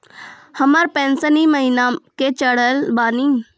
हमर पेंशन ई महीने के चढ़लऽ बानी?